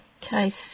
case